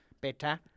Better